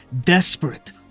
desperate